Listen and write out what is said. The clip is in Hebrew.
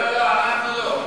לא, אנחנו לא.